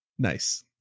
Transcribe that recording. nice